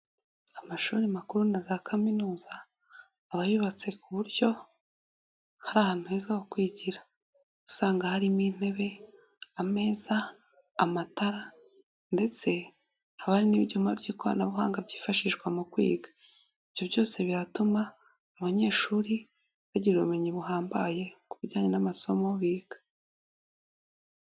Amashuri makuru na za kaminuza abayubatse ku buryo hari ahantu heza ho kwigira usanga harimo intebe, ameza, amatara ndetse haba hari n'ibyuma by'ikoranabuhanga byifashishwa mu kwiga, ibyo byose biratuma abanyeshuri bagira ubumenyi buhambaye ku bijyanye n'amasomo biga.